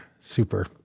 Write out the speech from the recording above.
Super